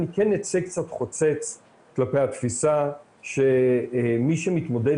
אני כן אצא קצת חוצץ כלפי התפיסה שמי שמתמודד